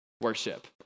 worship